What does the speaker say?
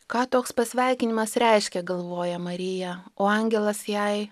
ką toks pasveikinimas reiškia galvoja marija o angelas jai